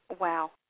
Wow